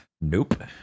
Nope